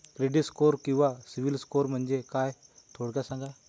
Credit score किंवा सिबिल म्हणजे काय? थोडक्यात सांगा